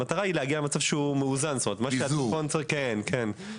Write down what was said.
המטרה היא להגיע למצב שהוא מאוזן ושיהיה יעיל.